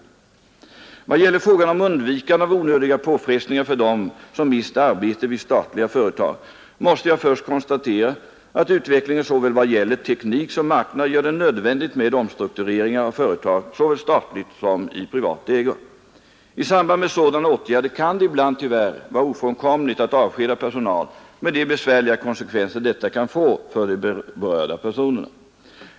I vad gäller frågan om undvikande av onödiga påfrestningar för den som mister arbetet vid statliga företag, måste jag först konstatera att utvecklingen i vad gäller både teknik och marknad gör det nödvändigt med omstruktureringar av företag, såväl statliga som privatägda. I samband med sådana åtgärder kan det ibland tyvärr vara ofrånkomligt att avskeda personal med de besvärliga konsekvenser detta kan få för de berörda personerna.